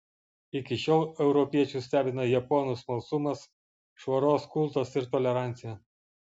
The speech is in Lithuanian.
iki šiol europiečius stebina japonų smalsumas švaros kultas ir tolerancija